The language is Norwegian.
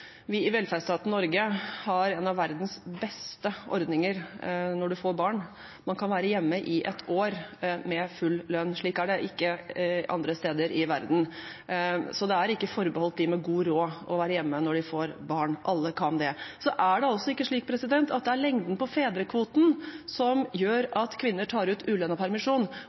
i velferdsstaten Norge har en av verdens beste ordninger når man får barn. Man kan være hjemme i et år med full lønn. Slik er det ikke andre steder i verden, så det er ikke forbeholdt dem med god råd å være hjemme når de får barn. Alle kan det. Det er altså ikke slik at det er lengden på fedrekvoten som gjør at kvinner tar ut ulønnet permisjon.